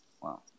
Wow